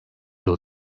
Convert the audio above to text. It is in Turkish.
yıl